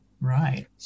Right